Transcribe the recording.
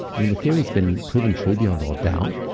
i mean, the theory's been proven true beyond all doubt,